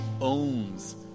owns